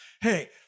Hey